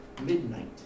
midnight